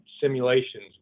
simulations